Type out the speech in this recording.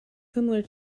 similar